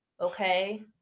okay